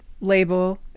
label